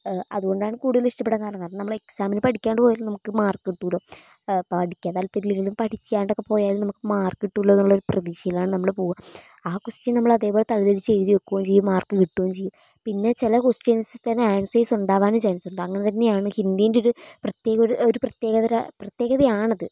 അതുകൊണ്ടാണ് കൂടുതല് ഇഷ്ടപ്പെടാന് കാരണം കാരണം നമ്മള് എക്സാമിന് പഠിക്കാണ്ട് പോയാലും നമുക്ക് മാര്ക്ക് കിട്ടുമല്ലോ പഠിക്കാന് താത്പര്യമില്ലെങ്കില്ലും പഠിക്കാണ്ടൊക്കെ പോയാലും നമുക്ക് മാര്ക്ക് കിട്ടുമല്ലോയെന്നുള്ളൊരു പ്രതീക്ഷയിലാണ് നമ്മൾ പോവുക ആ കൊസ്റ്റൻ നമ്മള് അതേപോലെ തലതിരിച്ച് എഴുതി വയ്ക്കുകയും ചെയ്യും മാര്ക്ക് കിട്ടുകയും ചെയ്യും പിന്നെ ചില കൊസ്റ്റൻസ് തന്നെ ആന്സേര്സ് ഉണ്ടാവാനും ചാന്സുണ്ട് അങ്ങനെതന്നെയാണ് ഹിന്ദീന്റെ ഒരു പ്രത്യേകമൊരു ഒരു പ്രത്യേകതര പ്രത്യേകത ആണത്